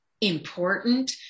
important